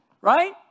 right